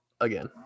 again